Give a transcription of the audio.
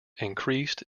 increased